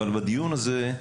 אבל הדיון הזה,